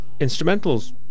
instrumentals